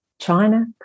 China